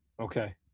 Okay